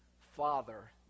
Father